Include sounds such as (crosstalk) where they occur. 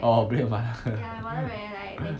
orh grandmother (laughs)